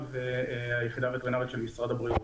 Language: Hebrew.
אני מהיחידה הווטרינרית של משרד הבריאות.